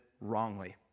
wrongly